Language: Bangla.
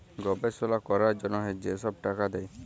গবেষলা ক্যরার জ্যনহে যে ছব টাকা দেয়